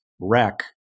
wreck